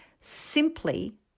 simply